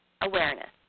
Awareness